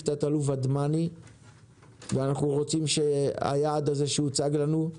תא"ל ודמני ואנחנו רוצים שהיעד הזה שהוצג לנו,